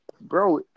Bro